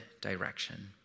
direction